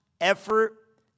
effort